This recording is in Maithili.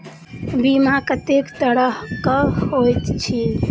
बीमा कत्तेक तरह कऽ होइत छी?